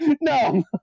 No